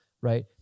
right